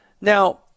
now